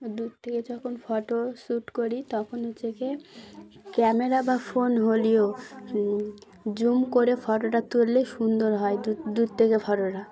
দূর থেকে যখন ফটো শ্যুট করি তখন হচ্ছেেকে ক্যামেরা বা ফোন হলেও জুম করে ফটোটা তুললে সুন্দর হয় দূর থেকে ফটোটা